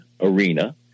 arena